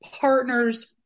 partners